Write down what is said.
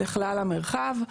לכלל המרחב.